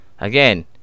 Again